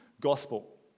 gospel